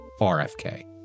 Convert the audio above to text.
RFK